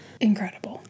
Incredible